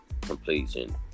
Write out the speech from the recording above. completion